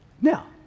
Now